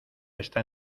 está